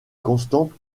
constantes